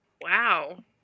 Wow